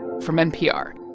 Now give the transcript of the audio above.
from npr.